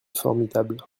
formidable